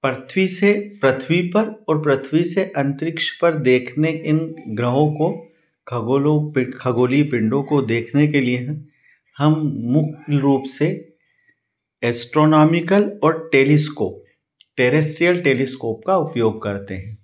पृथ्वी से पृथ्वी पर और पृथ्वी से अन्तरिक्ष पर देखने इन ग्रहों को खगोलों खगोलीय पिण्डों को देखने के लिए हैं हम मुख्य रूप से एस्ट्रोनॉमिकल और टेलीस्कोप टेरेस्ट्रियल टेलीस्कोप का उपयोग करते हैं